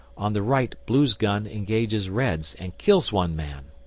on the right blue's gun engages red's and kills one man.